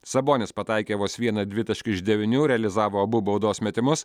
sabonis pataikė vos vieną dvitaškį iš devynių realizavo abu baudos metimus